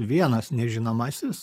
vienas nežinomasis